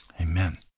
Amen